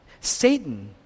Satan